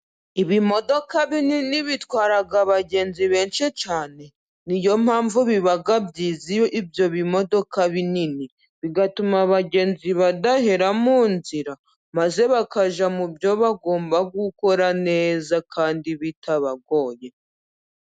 Ibimodoka binini bitwara abagenzi benshi cyane, niyo mpamvu biba byiza ibyo bimodoka binini, bigatuma abagenzi badahera mu nzira maze bakajya mu byo bagomba gukora neza kandi bitabagoye.